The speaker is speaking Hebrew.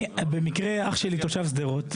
אני, במקרה, אח שלי תושב שדרות.